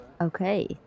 Okay